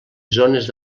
zones